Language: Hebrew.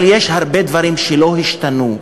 אבל יש הרבה דברים שלא השתנו,